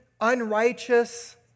unrighteous